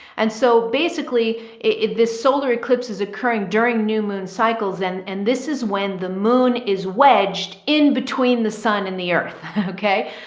and so basically if this solar eclipse is occurring during new moon cycles, and and this is when the moon is wedged in between the sun and the earth, okay?